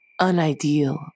unideal